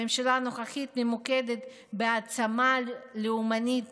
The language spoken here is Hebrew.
הממשלה הנוכחית ממוקדת בהעצמה לאומנית